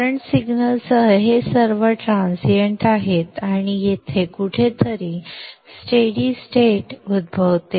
current signal सह हे सर्व ट्रान्सशियंट आहेत आणि येथे कुठेतरी स्टेडि स्टेट उद्भवते